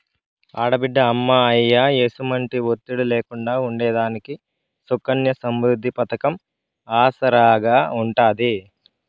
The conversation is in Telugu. ఆడబిడ్డ అమ్మా, అయ్య ఎసుమంటి ఒత్తిడి లేకుండా ఉండేదానికి సుకన్య సమృద్ది పతకం ఆసరాగా ఉంటాది